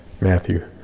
Matthew